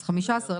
אז 15,000,